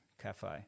cafe